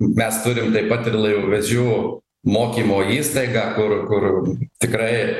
mes turim taip pat ir laivavedžių mokymo įstaigą kur kur tikrai